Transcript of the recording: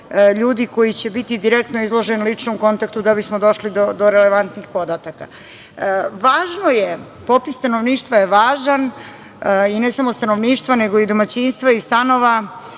ljudi koji će biti direktno izloženi ličnom kontaktu da bismo došli do relevantnih podataka. Popis stanovništva je važan i ne samo stanovništva, nego i domaćinstava i stanova.